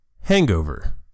Hangover